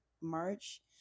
March